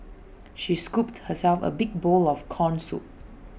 she scooped herself A big bowl of Corn Soup